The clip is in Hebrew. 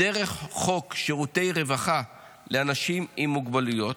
דרך חוק שירותי רווחה לאנשים עם מוגבלויות,